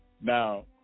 Now